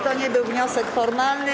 To nie był wniosek formalny.